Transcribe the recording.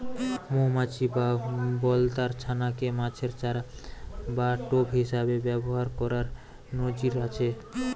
মউমাছি বা বলতার ছানা কে মাছের চারা বা টোপ হিসাবে ব্যাভার কোরার নজির আছে